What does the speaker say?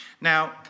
Now